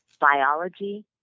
biology